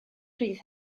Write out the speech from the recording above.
rhydd